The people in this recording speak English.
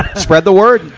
spread the word.